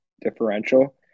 differential